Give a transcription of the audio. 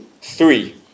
three